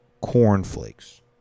cornflakes